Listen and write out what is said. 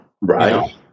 Right